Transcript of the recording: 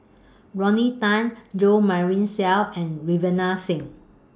Rodney Tan Jo Marion Seow and Ravinder Singh